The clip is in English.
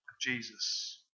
Jesus